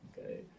okay